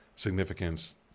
significance